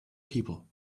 people